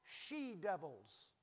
She-devils